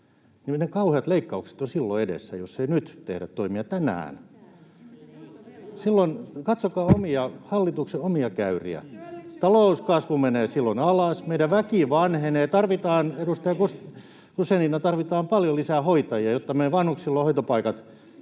miten kauheat leikkaukset ovat silloin edessä, jos ei tehdä toimia nyt, tänään? Katsokaa hallituksen omia käyriä. [Välihuuto] Talouskasvu menee silloin alas, meidän väki vanhenee, edustaja Guzenina, tarvitaan paljon lisää hoitajia, jotta meidän vanhuksilla on hoitopaikat.